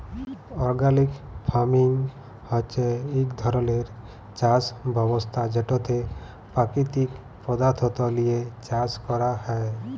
organic farming হছে ইক ধরলের চাষ ব্যবস্থা যেটতে পাকিতিক পদাথ্থ লিঁয়ে চাষ ক্যরা হ্যয়